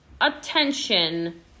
attention